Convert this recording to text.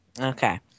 Okay